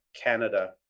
Canada